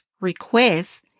requests